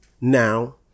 now